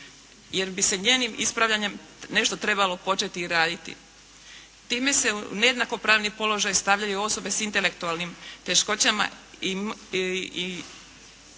Jer bi se njenim ispravljanjem nešto trebalo početi raditi. Time se u nejednako pravni položaj stavljaju osobe sa intelektualnim teškoćama i